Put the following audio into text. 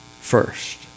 first